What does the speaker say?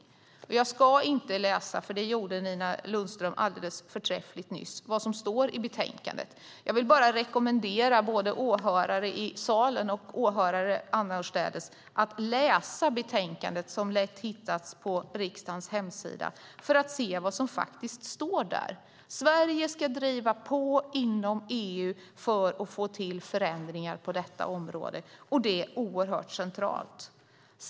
Jag ska inte läsa upp det som står i betänkandet, för det gjorde Nina Lundström alldeles förträffligt för en stund sedan, utan bara rekommendera åhörare både i kammaren och annorstädes att läsa betänkandet, som lätt hittas på riksdagens hemsida, för att se vad som faktiskt står där. Sverige ska driva på inom EU för att få till stånd förändringar på detta område. Det är oerhört centralt.